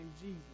Jesus